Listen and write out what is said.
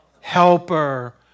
Helper